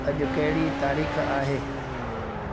अॼु कहिड़ी तारीख़ आहे